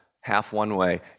half-one-way